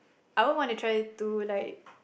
I won't want to try it to like